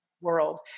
world